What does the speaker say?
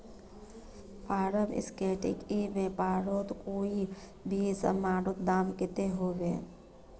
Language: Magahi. फारम सिक्सटीन ई व्यापारोत कोई भी सामानेर दाम कतेक होबे?